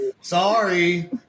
Sorry